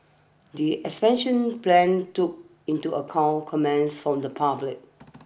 the expansion plans took into account comments from the public